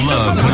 Love